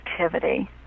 activity